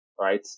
right